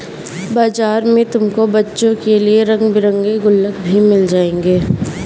बाजार में तुमको बच्चों के लिए रंग बिरंगे गुल्लक भी मिल जाएंगे